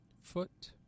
foot